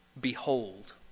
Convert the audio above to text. behold